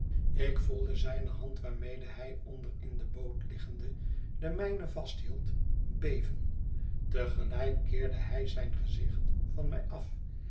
ik voelde zijne hand waarmede hij onder in de boot liggende de mijne vasthield beven tegelijk keercu by zijn gezicht van mij af